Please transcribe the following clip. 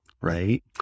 Right